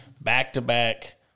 back-to-back